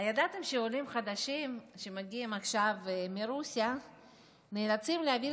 הידעתם שעולים חדשים שמגיעים עכשיו מרוסיה נאלצים להעביר